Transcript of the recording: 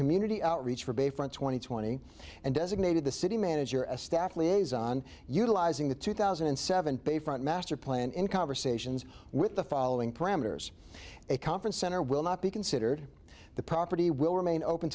community outreach for bayfront twenty twenty and designated the city manager a staff liaison utilizing the two thousand and seven bayfront master plan in conversations with the following parameters a conference center will not be considered the property will remain open